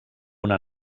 una